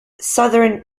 southern